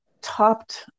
topped